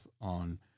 on